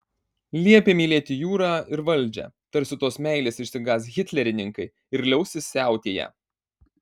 liepė mylėti jūrą ir valdžią tarsi tos meilės išsigąs hitlerininkai ir liausis siautėję